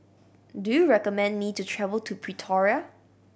do you recommend me to travel to Pretoria